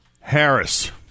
Harris